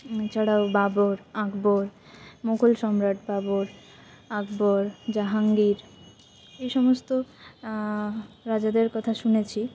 এছাড়াও বাবর আকবর মুঘল সম্রাট বাবর আকবর জাহাঙ্গীর এই সমস্ত রাজাদের কথা শুনেছি